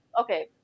okay